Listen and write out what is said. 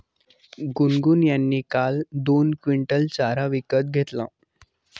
गुनगुन यांनी काल दोन क्विंटल चारा विकत घेतला